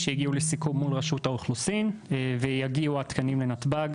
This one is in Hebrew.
שהגיעו לסיכום מול רשות האוכלוסין ויגיעו התקנים לנתב"ג,